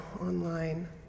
online